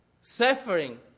suffering